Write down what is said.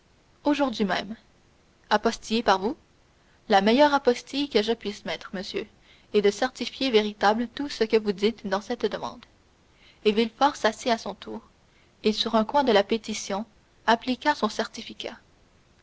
aujourd'hui même apostillée par vous la meilleure apostille que je puisse mettre monsieur est de certifier véritable tout ce que vous dites dans cette demande et villefort s'assit à son tour et sur un coin de la pétition appliqua son certificat